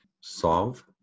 solve